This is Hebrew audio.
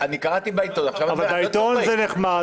קראתי בעיתון --- בעיתון זה נחמד,